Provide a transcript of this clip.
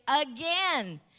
again